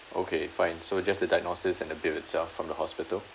okay fine so just the diagnosis and the bill itself from the hospital